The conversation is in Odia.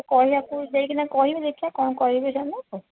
କହିବାକୁ ଯାଇକି କହିବା ଦେଖିବା କ'ଣ କହିବେ ସେମାନେ